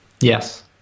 Yes